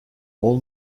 all